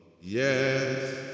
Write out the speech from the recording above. Yes